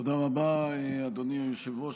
תודה רבה, אדוני היושב-ראש.